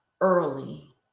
early